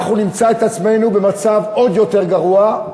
אנחנו נמצא את עצמנו במצב עוד יותר גרוע.